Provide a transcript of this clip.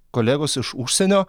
kolegos iš užsienio